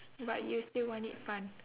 but you still want it fun